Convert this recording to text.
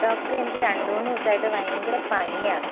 ഡോക്ടറേ എനിക്ക് രണ്ടുമൂന്ന് ദിവസമായിട്ട് ഭയങ്കര പനിയാണ്